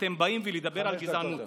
אתם באים לדבר על גזענות.